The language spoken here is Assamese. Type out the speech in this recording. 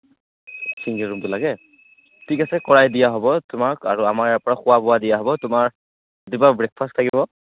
চিংগল ৰুমটো লাগে ঠিক আছে কৰাই দিয়া হ'ব তোমাক আৰু আমাৰ ইয়াৰ পৰা খোৱা বোৱা দিয়া হ'ব তোমাৰ ৰাতিপুৱা ব্ৰেকফাষ্ট থাকিব